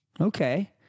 Okay